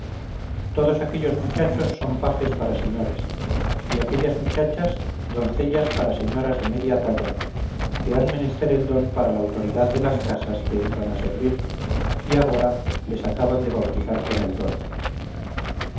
todos aquellos muchachos son pajes para señores y aquellas muchachas doncellas para señoras de media talla que han menester el don para la autoridad de las casas que entran a servir y agora les acaban de bautizar con el don